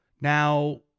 Now